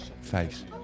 face